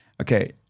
Okay